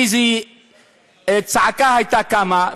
איזה צעקה הייתה קמה,